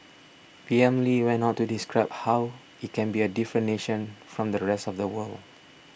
P M Lee went on to describe how it can be a different nation from the rest of the world